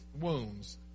wounds